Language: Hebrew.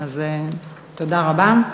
תודה רבה.